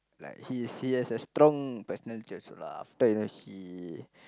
like he he has a strong personality after you know he